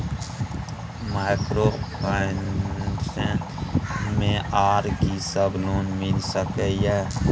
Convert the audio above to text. Microfinance मे आर की सब लोन मिल सके ये?